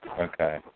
Okay